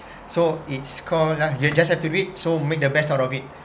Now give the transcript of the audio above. so it's call lah you just have to wait so make the best out of it